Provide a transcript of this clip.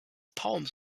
poems